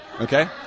Okay